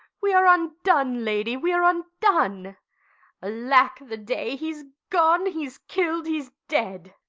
we are undone, lady, we are undone alack the day he's gone, he's kill'd, he's dead!